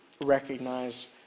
recognize